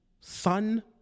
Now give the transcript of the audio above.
Son